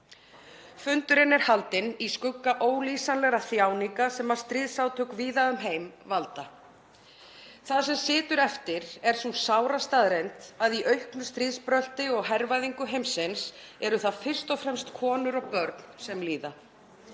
Fundurinn er haldinn í skugga ólýsanlegra þjáninga sem stríðsátök víða um heim valda. Það sem situr eftir er sú sára staðreynd að í auknu stríðsbrölti og hervæðingu heimsins eru það fyrst og fremst konur og börn sem líða.